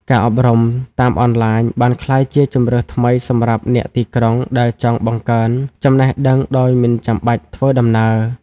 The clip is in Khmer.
ការអប់រំតាមអនឡាញ បានក្លាយជាជម្រើសថ្មីសម្រាប់អ្នកទីក្រុងដែលចង់បង្កើនចំណេះដឹងដោយមិនចាំបាច់ធ្វើដំណើរ។